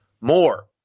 more